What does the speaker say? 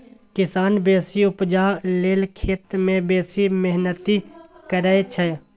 किसान बेसी उपजा लेल खेत मे बेसी मेहनति करय छै